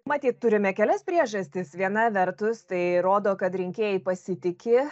matyt turime kelias priežastis viena vertus tai rodo kad rinkėjai pasitiki